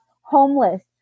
homeless